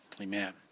Amen